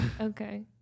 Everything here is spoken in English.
Okay